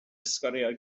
sgwariau